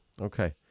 Okay